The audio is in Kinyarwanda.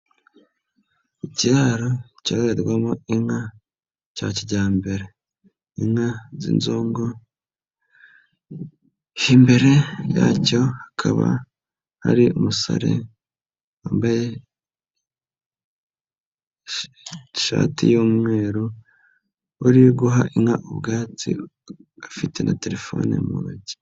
Icyaro cyoherwamo inka, cya kijyambere, inka z'inzungo, imbere yacyo hakaba hari umusore wambaye ishati y'umweru, uri guha inka ubwatsi afite na telefone mu ntoki.